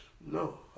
No